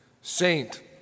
Saint